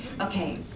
Okay